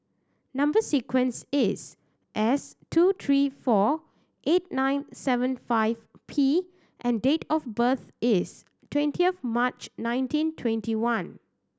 number sequence is S two three four eight nine seven five P and date of birth is twenty of March nineteen twenty one